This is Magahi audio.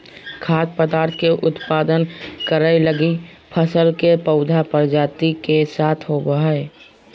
खाद्य पदार्थ के उत्पादन करैय लगी फसल के पौधा प्रजाति के साथ होबो हइ